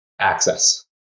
access